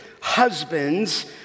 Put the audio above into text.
husbands